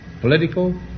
political